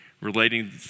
relating